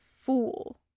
fool